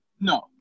No